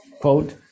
quote